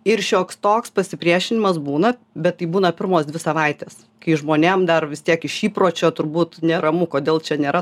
ir šioks toks pasipriešinimas būna bet tai būna pirmos dvi savaites kai žmonėm dar vis tiek iš įpročio turbūt neramu kodėl čia nėra